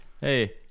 hey